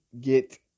Get